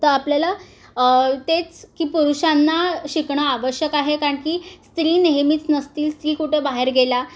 तर आपल्याला तेच की पुरुषांना शिकणं आवश्यक आहे कारण की स्त्री नेहमीच नसतील स्त्री कुठं बाहेर गेला